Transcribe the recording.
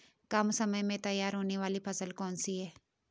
कम समय में तैयार होने वाली फसल कौन सी है?